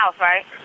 right